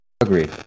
Agreed